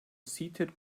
seated